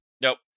Nope